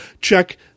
check